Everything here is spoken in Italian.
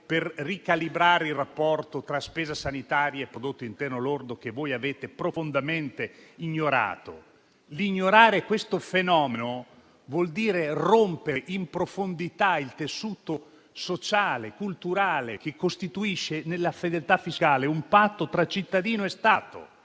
per ricalibrare il rapporto tra spesa sanitaria e prodotto interno lordo che voi avete profondamente ignorato. Ignorare questo fenomeno vuol dire rompere in profondità il tessuto sociale e culturale che costituisce nella fedeltà fiscale un patto tra cittadino e Stato.